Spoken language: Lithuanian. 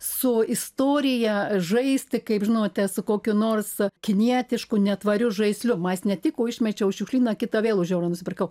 su istorija žaisti kaip žinote su kokiu nors kinietišku netvariu žaisliu ma jis netiko išmečiau į šiukšlyną kitą vėl už eurą nusipirkau